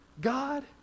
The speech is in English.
God